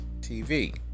TV